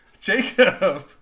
Jacob